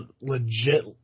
legit